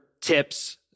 tips